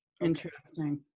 Interesting